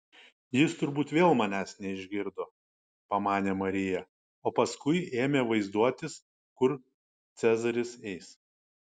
jis turbūt vėl manęs neišgirdo pamanė marija o paskui ėmė vaizduotis kur cezaris eis